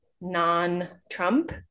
non-Trump